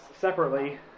separately